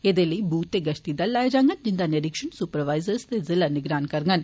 एह्दे लेई बूथ ते गप्ती दल लाए जांडन जिंदा निरीक्षण सुपरवाइज़र ते ज़िला निगरान करंडन